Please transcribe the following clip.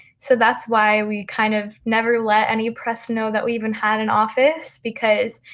so that's why we kind of never let any press know that we even had an office because,